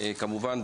כמובן,